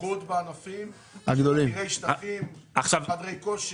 בייחוד בעסקים עתירי שטחים כמו חדרי כושר,